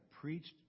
preached